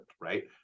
right